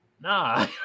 Nah